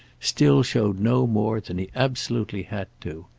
still showed no more than he absolutely had to.